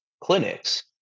clinics